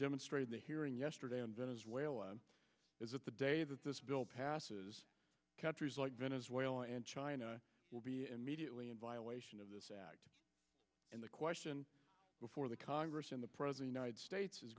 demonstrated the hearing yesterday on venezuela is that the day that this bill passes countries like venezuela and china will be immediately in violation of this act and the question before the congress and the present united states is